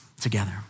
together